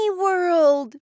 World